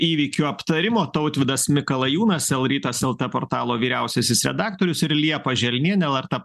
įvykių aptarimo tautvydas mikalajūnas el rytas lt portalo vyriausiasis redaktorius ir liepa želnienė lrt